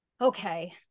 okay